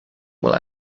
will